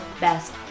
best